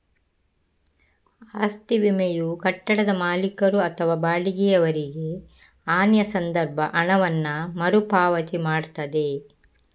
ಆಸ್ತಿ ವಿಮೆಯು ಕಟ್ಟಡದ ಮಾಲೀಕರು ಅಥವಾ ಬಾಡಿಗೆಯವರಿಗೆ ಹಾನಿಯ ಸಂದರ್ಭ ಹಣವನ್ನ ಮರು ಪಾವತಿ ಮಾಡ್ತದೆ